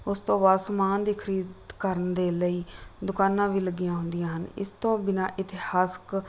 ਉਸ ਤੋਂ ਬਾਅਦ ਸਮਾਨ ਦੀ ਖਰੀਦ ਕਰਨ ਦੇ ਲਈ ਦੁਕਾਨਾਂ ਵੀ ਲੱਗੀਆਂ ਹੁੰਦੀਆਂ ਹਨ ਇਸ ਤੋਂ ਬਿਨਾਂ ਇਤਿਹਾਸਿਕ